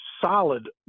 solid